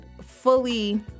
fully